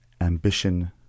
ambition